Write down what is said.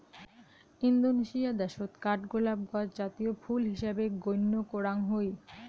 Indonesia দ্যাশত কাঠগোলাপ গছ জাতীয় ফুল হিসাবে গইণ্য করাং হই